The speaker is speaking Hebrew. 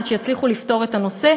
עד שיצליחו לפתור את הנושא,